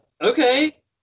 Okay